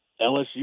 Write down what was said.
lsu